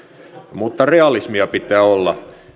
mutta realismia pitää olla